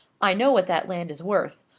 i know what that land is worth.